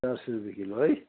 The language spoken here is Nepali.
चार सय रुपियाँ किलो है